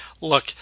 look